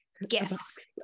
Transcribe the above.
gifts